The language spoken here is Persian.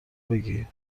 بگی